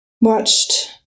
Watched